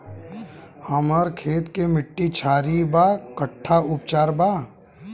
हमर खेत के मिट्टी क्षारीय बा कट्ठा उपचार बा?